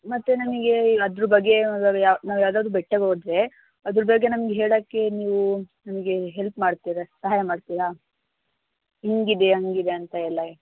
ಮತ್ತೆ ನಮಗೆ ಅದ್ರ ಬಗ್ಗೆ ಯಾವ ನಾವು ಯಾವ್ದಾದ್ರೂ ಬೆಟ್ಟಕ್ಕೆ ಹೋದ್ರೆ ಅದ್ರ ಬಗ್ಗೆ ನಮ್ಗೆ ಹೇಳೋಕ್ಕೆ ನೀವು ನಮಗೆ ಹೆಲ್ಪ್ ಮಾಡ್ತೀರ ಸಹಾಯ ಮಾಡ್ತೀರಾ ಹಿಂಗಿದೆ ಹಂಗಿದೆ ಅಂತ ಎಲ್ಲ